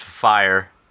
Fire